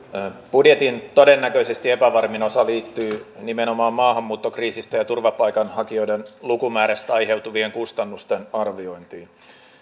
budjetin todennäköisesti epävarmin osa liittyy nimenomaan maahanmuuttokriisistä ja turvapaikanhakijoiden lukumäärästä aiheutuvien kustannusten arviointiin